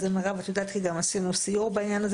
את יודעת את זה מירב כי עשינו גם סיור בעניין הזה